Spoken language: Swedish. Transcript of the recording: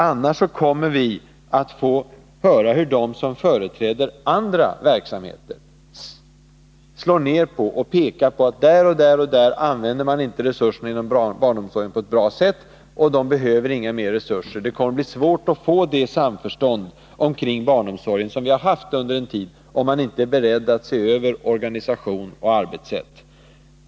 Annars kommer vi att få höra hur de som företräder andra verksamheter slår ner på att man där och där inte använder resurserna inom barnomsorgen på ett bra sätt, så den behöver inga mer resurser. Det kommer att bli svårt att få det samförstånd omkring barnomsorgen som vi har haft under en tid om man inte är beredd att se över organisation och arbetssätt.